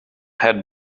had